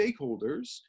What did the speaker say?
stakeholders